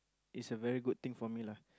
it's a very good thing for me lah